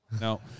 No